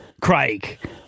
Craig